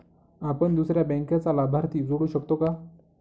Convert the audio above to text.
आपण दुसऱ्या बँकेचा लाभार्थी जोडू शकतो का?